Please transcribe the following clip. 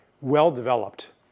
well-developed